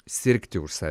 sirgti už save o